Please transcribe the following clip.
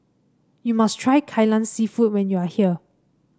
you must try Kai Lan seafood when you are here